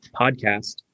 podcast